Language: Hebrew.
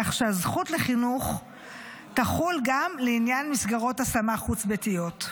כך שהזכות לחינוך תחול גם לעניין מסגרות השמה חוץ-ביתיות.